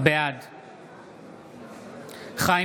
בעד חיים